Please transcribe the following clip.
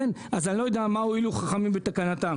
אז אני לא יודע מה הועילו חכמים בתקנתם.